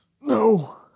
No